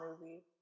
movie